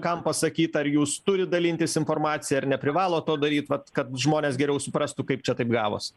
kam pasakyt ar jūs turit dalintis informacija ar neprivalot to daryt vat kad žmonės geriau suprastų kaip čia taip gavos